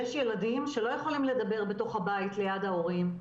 יש ילדים שלא יכולים לדבר בתוך הבית ליד ההורים,